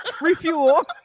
Refuel